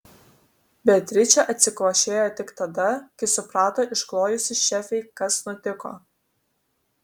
beatričė atsikvošėjo tik tada kai suprato išklojusi šefei kas nutiko